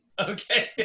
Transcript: Okay